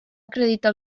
acredita